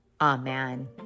Amen